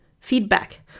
Feedback